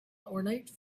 ornate